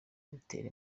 ritera